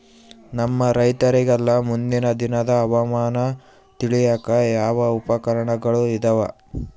ನಮ್ಮ ರೈತರಿಗೆಲ್ಲಾ ಮುಂದಿನ ದಿನದ ಹವಾಮಾನ ತಿಳಿಯಾಕ ಯಾವ ಉಪಕರಣಗಳು ಇದಾವ?